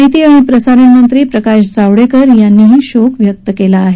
माहिती आणि प्रसारण मंत्री प्रकाश जावडेकर यांनी ही शोक व्यक्त केला आहे